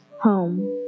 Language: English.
Home